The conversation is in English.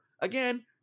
again